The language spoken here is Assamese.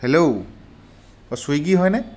হেল্ল' অ' ছুইগী হয়নে